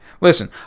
Listen